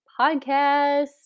Podcast